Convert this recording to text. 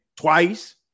twice